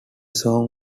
song